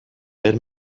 tell